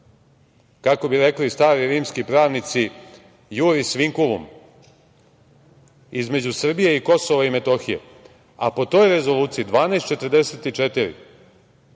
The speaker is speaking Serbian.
kako bi rekli stari rimski pravnici „iuris vinculum“ između Srbije i Kosova i Metohije. Po toj Rezoluciji 1244